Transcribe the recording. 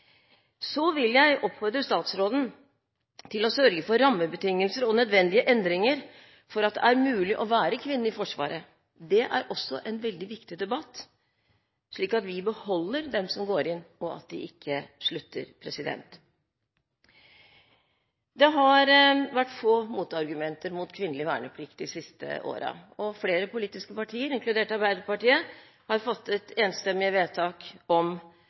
Så vil jeg oppfordre statsråden til å sørge for rammebetingelser og nødvendige endringer for at det er mulig å være kvinne i Forsvaret – det er også en veldig viktig debatt – slik at vi beholder dem som går inn, og at de ikke slutter. Det har vært få motargumenter mot kvinnelig verneplikt de siste årene, og flere politiske partier, inkludert Arbeiderpartiet, har fattet enstemmige vedtak om